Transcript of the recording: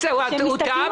הוא טעה בזה.